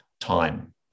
time